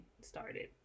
started